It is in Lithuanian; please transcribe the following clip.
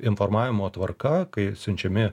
informavimo tvarka kai siunčiami